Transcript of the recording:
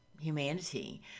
humanity